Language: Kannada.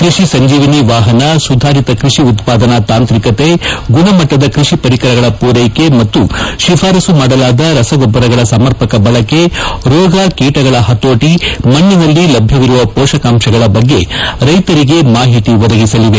ಕೈಷಿ ಸಂಜೀವಿನಿ ವಾಹನ ಸುಧಾರಿತ ಕೈಷಿ ಉತ್ಪಾದನಾ ತಾಂತ್ರಿಕತೆ ಗುಣಮಟ್ಟದ ಕೈಷಿ ಪರಿಕರಗಳ ಪೂರ್ಟೆಕೆ ಮತ್ತು ಶಿಫಾರಸ್ಸು ಮಾಡಲಾದ ರಸಗೊಬ್ಬರಗಳ ಸಮರ್ಪಕ ಬಳಕೆ ರೋಗ ಕೀಟಗಳ ಪತೋಟಿ ಮಣ್ಣಿನಲ್ಲಿ ಲಭ್ಣವಿರುವ ಪೋಷಕಾಂಶಗಳ ಬಗ್ಗೆ ರೈತರಿಗೆ ಮಾಹಿತಿ ಒದಗಿಸಲಿದೆ